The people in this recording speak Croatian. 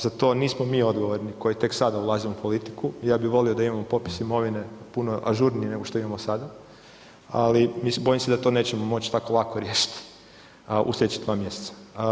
Za to nismo mi odgovorni koji tek sad ulazimo u politiku, ja bih volio da imamo popis imovine puno ažurnije nego što imamo sada, ali bojim se da to nećemo moći tako lako riješiti u sljedeća dva mjeseca.